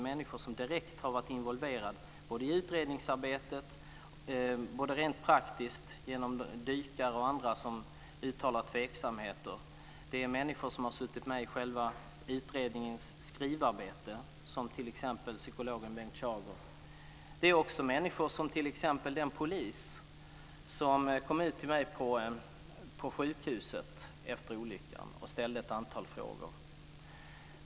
Människor som direkt varit involverade i utredningsarbetet rent praktiskt genom dykare och andra har uttalat tveksamheter. Det gäller också människor som suttit med i själva utredningens skrivarbete, t.ex. psykologen Bengt Schager. Men det gäller även andra, t.ex. den polis som efter olyckan kom till mig på sjukhuset och ställde ett antal frågor.